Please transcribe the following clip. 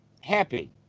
happy